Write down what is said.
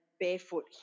barefoot